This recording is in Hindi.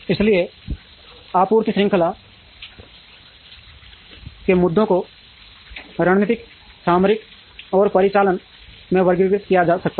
इसलिए आपूर्ति श्रृंखला के मुद्दों को रणनीतिक सामरिक और परिचालन में वर्गीकृत किया जा सकता है